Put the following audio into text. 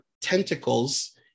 tentacles